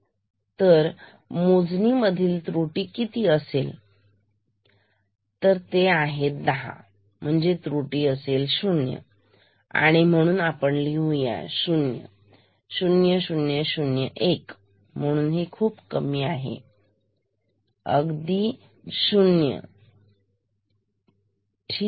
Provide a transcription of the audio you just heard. तर मोजणी मधील त्रुटी किती असेल जर ते 10 असेल तर त्रुटी अगदी 0 असेल आणि म्हणून आपण हे 0 लिहूया0001 म्हणून हे खूप कमी आहे अगदी 0 ठीक